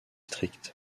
stricts